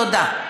תודה.